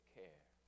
care